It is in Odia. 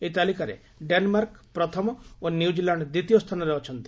ଏହି ତାଲିକାରେ ଡେନ୍ମାର୍କ ପ୍ରଥମ ଓ ନ୍ୟୁଜିଲ୍ୟାଶ୍ଡ ଦ୍ୱିତୀୟ ସ୍ଥାନରେ ଅଛନ୍ତି